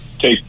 take